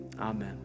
amen